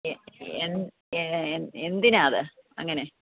എന്തിനാണ് അത് അങ്ങനെ